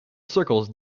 circles